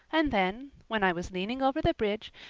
and then, when i was leaning over the bridge,